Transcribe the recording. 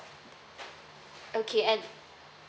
okay and